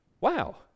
wow